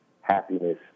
happiness